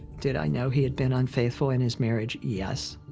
did i know he had been unfaithful in his marriage? yes.